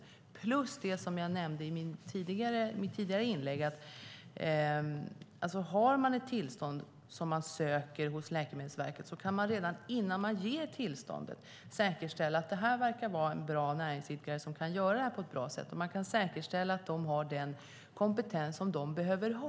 Det handlar också om det som jag nämnde i mitt tidigare inlägg: Om det finns ett tillstånd som butikerna ska söka hos Läkemedelsverket kan man redan innan man ger det säkerställa att någon verkar vara en bra näringsidkare som kan göra detta på ett bra sätt. Man kan säkerställa att de har den kompetens som de behöver ha.